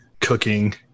cooking